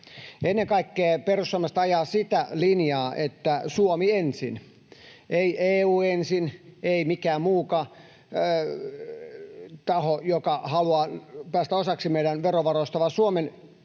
Ennen kaikkea perussuomalaiset ajavat sitä linjaa, että Suomi ensin. Ei EU ensin, ei mikään muukaan taho, joka haluaa päästä osaksi meidän verovaroistamme, vaan Suomen kansa,